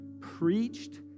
preached